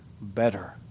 better